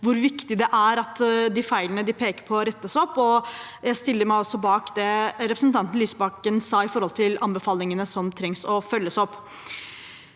hvor viktig det er at de feilene de peker på, rettes opp. Jeg stiller meg også bak det representanten Lysbakken sa når det gjelder anbefalingene som trengs å følges opp.